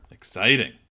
Exciting